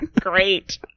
great